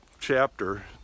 chapter